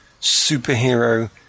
superhero